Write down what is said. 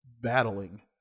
battling